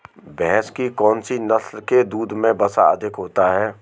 भैंस की कौनसी नस्ल के दूध में वसा अधिक होती है?